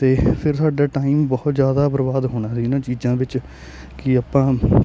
ਅਤੇ ਫੇਰ ਸਾਡਾ ਟਾਈਮ ਬਹੁਤ ਜ਼ਿਆਦਾ ਬਰਬਾਦ ਹੋਣਾ ਸੀ ਇਨ੍ਹਾਂ ਚੀਜ਼ਾਂ ਵਿੱਚ ਕਿ ਆਪਾਂ